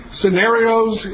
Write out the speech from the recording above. scenarios